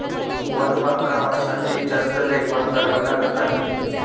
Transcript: one बागकामासाठी जास्त देखभाल करावी लागत नाही